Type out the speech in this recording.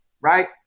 right